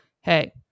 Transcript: hey